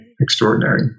extraordinary